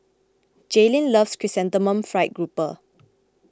Jaylin loves Chrysanthemum Fried Grouper